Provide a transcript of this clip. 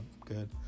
good